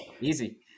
Easy